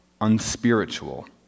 unspiritual